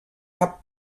cap